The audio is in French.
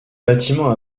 bâtiment